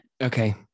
Okay